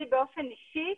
לי באופן אישי,